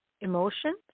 emotion